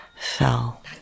fell